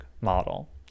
model